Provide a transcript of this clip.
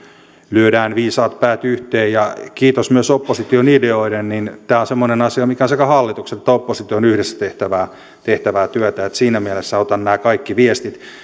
lyödään viisaat päät yhteen ja kiitos myös opposition ideoiden niin tämä on semmoinen asia mikä on sekä hallituksen että opposition yhdessä tehtävää tehtävää työtä ja siinä mielessä otan nämä kaikki viestit